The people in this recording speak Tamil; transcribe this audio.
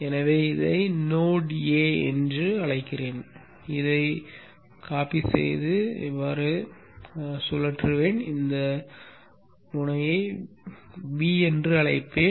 எனவே இதை நோட் 'ஏ' என்று அழைக்கிறேன் இதை நகலெடுத்து சுழற்றுவேன் இந்த முனையை 'பி' என்று அழைப்பேன்